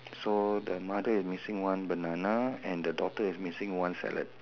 so the mother is missing one banana and the daughter is missing one salad